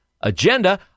agenda